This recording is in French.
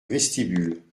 vestibule